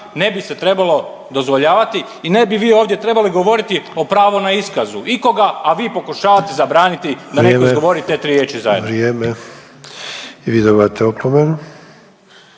ne bi se trebalo dozvoljavati i ne bi vi ovdje trebali govoriti o pravo na iskazu ikoga, a vi pokušavate zabraniti da netko … .../Upadica: Vrijeme./... izgovori te tri